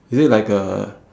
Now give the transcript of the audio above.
is it like a